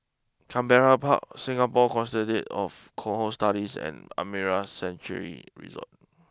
Canberra Park Singapore Consortium of Cohort Studies and Amara Sanctuary Resort